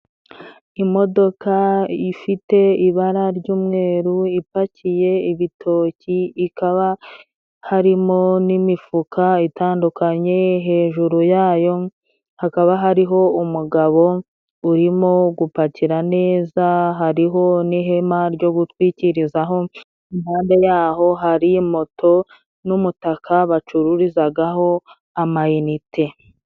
imodoka ifite ibara ry'umweru ipakiye ibitoki, hakaba harimo n'imifuka itandukanye, hejuru yayo hakaba hariho umugabo urimo gupakira neza, hariho n'ihema ryo gutwikirizaho, impande yaho hari moto, n'umutaka bacururizaho amayinite.